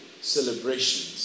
celebrations